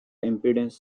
impedance